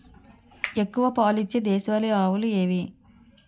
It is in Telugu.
ఎక్కువ పాలు ఇచ్చే దేశవాళీ ఆవులు ఏవి?